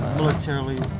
militarily